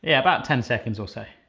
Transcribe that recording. yeah about ten seconds or so.